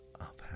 up